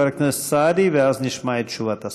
חבר הכנסת סעדי, ואז נשמע את תשובת השר.